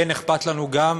כן, אכפת לנו גם,